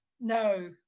no